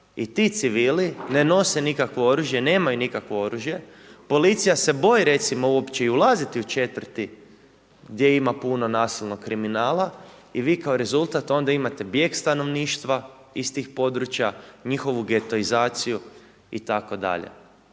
i ti civili ne nose nikakvo oružje, nemaju nikakvo oružje, policija se boji recimo uopće i ulaziti u četvrti gdje ima puno nasilnog kriminala i vi kao rezultat onda imate bijeg stanovništva iz tih područja, njihovu getoizaciju itd.